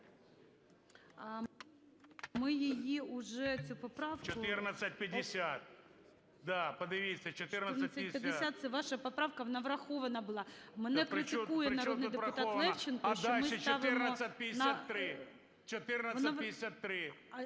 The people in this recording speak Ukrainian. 1450 – це ваша поправка, вона врахована була. Мене критикує народний депутат Левченко, що ми ставимо…